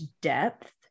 depth